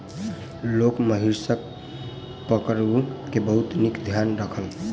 लोक महिषक पड़रू के बहुत नीक ध्यान रखलक